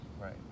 Right